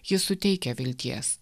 ji suteikia vilties